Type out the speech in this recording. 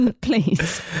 please